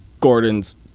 Gordon's